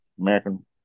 american